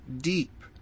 deep